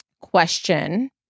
question